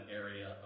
area